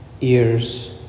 ears